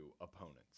opponents